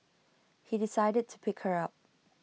he decided to pick her up